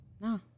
No